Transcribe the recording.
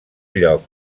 lloc